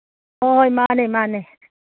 ꯍꯣꯏ ꯍꯣꯏ ꯃꯥꯅꯦ ꯃꯥꯅꯦ